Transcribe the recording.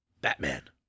Batman